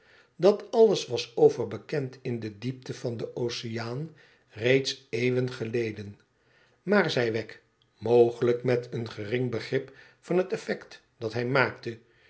dat alles was overbekend in de diepte van den oceaan reeds eeuwen geleden maar zei wegg mogelijk met een gering begrip van het effect dat hij maakte